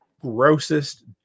grossest